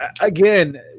again